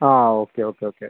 ആ okay okay okay